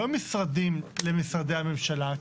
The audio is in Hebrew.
לא משרדים למשרדי הממשלה,